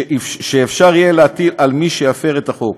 שיהיה אפשר להטיל על מי שיפר את החוק.